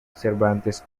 cervantes